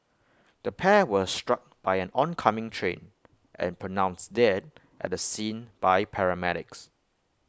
the pair were struck by an oncoming train and pronounced dead at the scene by paramedics